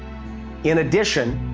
in addition,